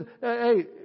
hey